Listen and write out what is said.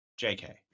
JK